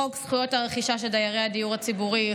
חוק זכויות הרכישה של דיירי הדיור הציבורי,